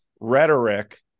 rhetoric